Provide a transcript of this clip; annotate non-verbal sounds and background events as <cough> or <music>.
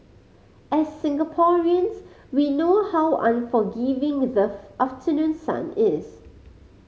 as Singaporeans we know how unforgiving the <unintelligible> afternoon sun is